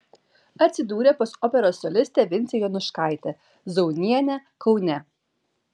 atsidūrė pas operos solistę vincę jonuškaitę zaunienę kaune